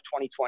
2020